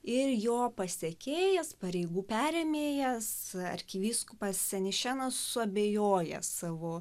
ir jo pasekėjas pareigų perėmėjas arkivyskupas senišenas suabejoja savo